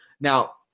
Now